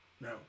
no